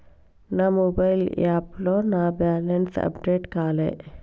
నా మొబైల్ యాప్లో నా బ్యాలెన్స్ అప్డేట్ కాలే